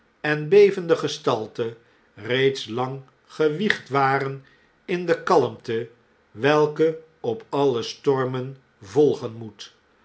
en bevende gestalte reeds lang gewiegd waren in de kalmte welke op alle stormen volgen moet